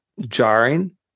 jarring